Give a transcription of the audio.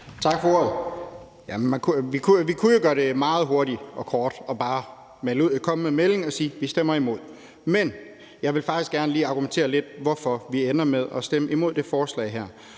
Tak for ordet. Vi kunne jo gøre det meget hurtigt og kort og bare komme med en melding og sige, at vi stemmer imod, men jeg vil faktisk gerne lige argumentere lidt for, hvorfor vi ender med at stemme imod det her forslag.